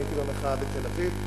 אני הייתי במחאה בתל-אביב,